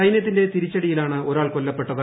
സൈന്യത്തിന്റെ തിരിച്ചടിയില്ലാണ് ഒരാൾ കൊല്ലപ്പെട്ടത്